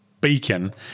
beacon